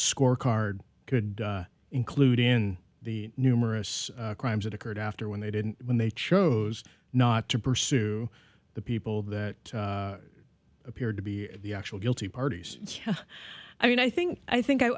scorecard could include in the numerous crimes that occurred after when they didn't when they chose not to pursue the people that appeared to be the actual guilty parties i mean i think i think i